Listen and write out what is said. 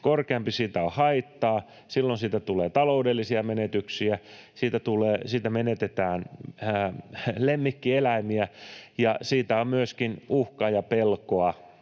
korkeampi, siitä on haittaa. Silloin siitä tulee taloudellisia menetyksiä, menetetään lemmikkieläimiä, ja siitä on myöskin uhkaa ja pelkoa